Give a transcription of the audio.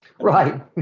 Right